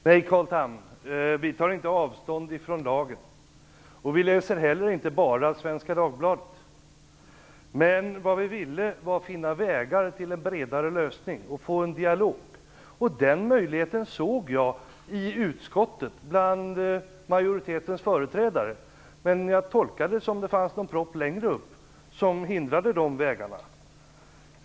Fru talman! Nej, vi tar inte avstånd från lagen, Carl Tham. Vi läser inte heller bara Svenska Dagbladet. Vad vi ville var att finna vägar till en bredare lösning och få en dialog. Den möjligheten såg jag i utskottet bland majoritetens företrädare, men jag tolkade det så att det fanns en propp längre upp som var hindret på de vägarna.